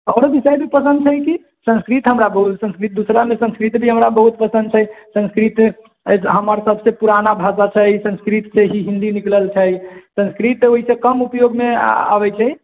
आओरो विषय भी पसन्द छै की संस्कृत हमरा बहुत दूसरा मे संस्कृत भी हमरा बहुत पसन्द छै संस्कृत हमर सबसे पुराना भाषा छै संस्कृत से ही हिन्दी निकलल छै संस्कृत तऽ ओहि सऽ कम उपयोग मे आबै छै